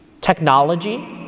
technology